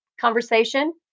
conversation